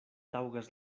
taŭgas